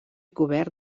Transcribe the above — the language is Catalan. cobert